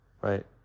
right